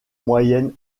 moyenne